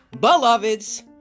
beloveds